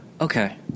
Okay